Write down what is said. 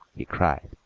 he cried.